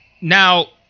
now